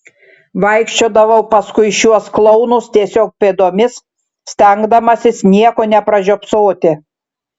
vaikščiodavau paskui šiuos klounus tiesiog pėdomis stengdamasis nieko nepražiopsoti